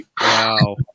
Wow